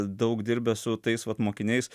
daug dirbęs su tais vat mokiniais